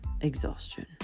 exhaustion